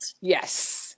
yes